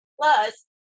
Plus